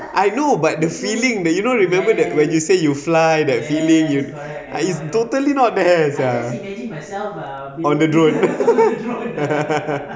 I know but the feeling that you know remember that when you say you fly that feeling you I you totally not there sia on the drone